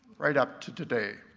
right up to today.